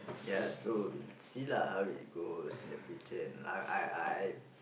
ya so we'll see lah how it goes in the future and I I I